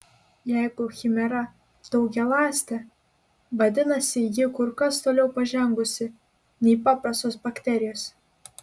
jeigu chimera daugialąstė vadinasi ji kur kas toliau pažengusi nei paprastos bakterijos